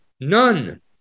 None